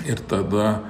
ir tada